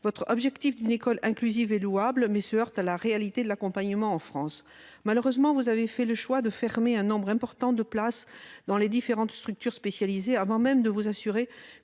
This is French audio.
Votre objectif d'une école inclusive est louable, mais se heurte à la réalité de l'accompagnement en France. Malheureusement, vous avez fait le choix de fermer un nombre important de places dans les différentes structures spécialisées avant même de vous assurer